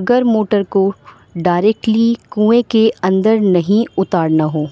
اگر موٹر کو ڈائریکٹلی کنویں کے اندر نہیں اتارنا ہو